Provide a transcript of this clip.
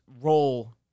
role